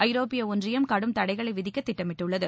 ஐரோப்பிய ஒன்றியம் கடும் தடைகளை விதிக்க திட்டமிட்டுள்ளது